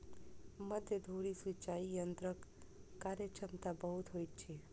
मध्य धुरी सिचाई यंत्रक कार्यक्षमता बहुत होइत अछि